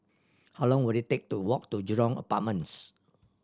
how long will it take to walk to Jurong Apartments